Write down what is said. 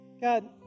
God